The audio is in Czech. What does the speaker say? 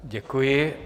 Děkuji.